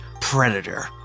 predator